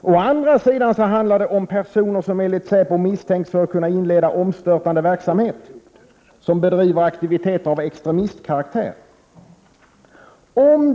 Å andra sidan handlar det om personer som enligt säpo misstänks för att kunna inleda omstörtande verksamhet och som bedriver aktiviteter som har karaktären av extremism.